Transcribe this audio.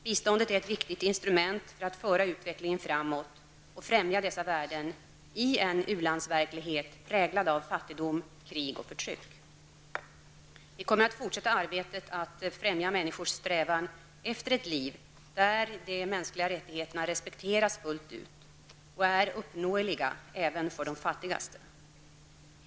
Biståndet är ett viktigt instrument för att föra utvecklingen framåt och främja dessa värden i en ulandsverklighet präglad av fattigdom, krig och förtryck. Vi kommer att fortsätta arbetet att främja människors strävan efter ett liv där de mänskliga rättigheterna respekteras fullt ut och är uppnåeliga även för de fattigaste.